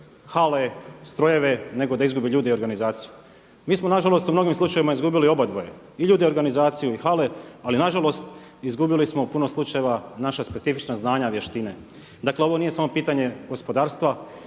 hale, strojeve nego da izgubi ljudi i organizaciju. Mi smo nažalost u mnogim slučajevima izgubili obadvoje i ljude i organizaciju i hale, ali nažalost izgubili smo u puno slučajeva naša specifična znanja i vještine. Dakle ovo nije samo pitanje gospodarstva,